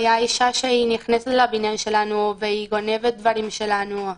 אישה שנכנסת לבניין שלנו והיא גונבת דברים שלנו.